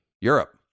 Europe